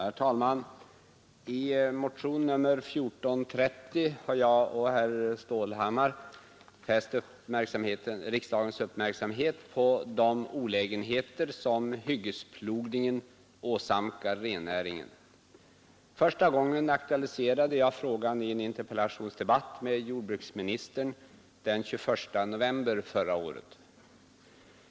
Herr talman! I motionen 1430 har jag och herr Stålhammar fäst riksdagens uppmärksamhet på de olägenheter hyggesplogningen åsamkar rennäringen. Första gången aktualiserade jag frågan i en interpellationsdebatt med jordbruksministern den 21 november förra året.